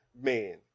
man